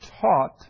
taught